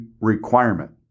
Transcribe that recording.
requirement